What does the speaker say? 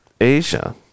Asia